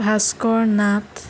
Bhaskar Nath